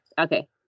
Okay